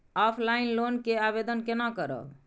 Offline loan के आवेदन केना करब?